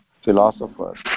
Philosophers